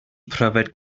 pryfed